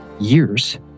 years